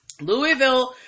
Louisville